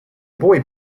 boy